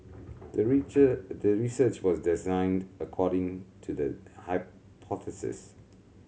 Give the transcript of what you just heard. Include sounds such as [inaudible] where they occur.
the [unintelligible] the research was designed according to the hypothesis